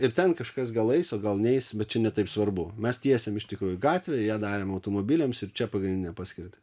ir ten kažkas gal eis o gal neis bet čia ne taip svarbu mes tiesėm iš tikrųjų gatvę ją darėm automobiliams ir čia pagrindinė paskirtis